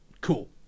cool